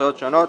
הוצאות שונים,